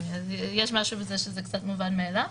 יש משהו בזה שזה קצת מובן מאליו,